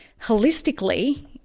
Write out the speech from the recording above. holistically